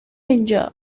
اینجا